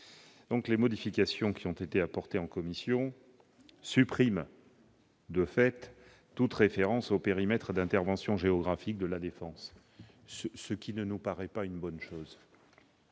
! Les modifications qui ont été apportées en commission suppriment de fait toute référence au périmètre d'intervention géographique de La Défense, ce qui ne nous paraît pas une bonne chose.